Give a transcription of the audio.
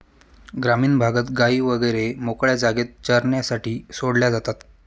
ग्रामीण भागात गायी वगैरे मोकळ्या जागेत चरण्यासाठी सोडल्या जातात